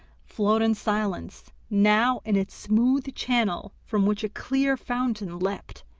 flowed in silence now in its smooth channel, from which a clear fountain leapt,